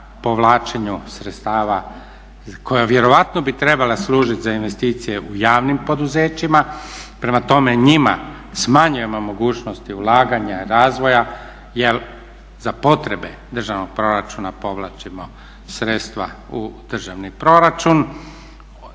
povlačenju sredstava koja vjerojatno bi trebala služiti za investicije u javnim poduzećima, prema tome njima smanjujemo mogućnosti ulaganja i razvoja jer za potrebe državnog proračuna povlačimo sredstva u državni proračun.